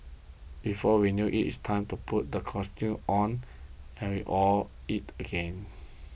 before we know it's time to put the costume on hurry off it begin